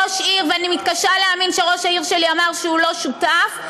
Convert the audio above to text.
ואני מתקשה להאמין שראש העיר שלי אמר שהוא לא שותף,